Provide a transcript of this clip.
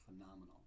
phenomenal